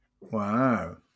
Wow